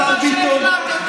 השר ביטון,